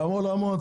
כמה עולה המועצה?